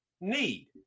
need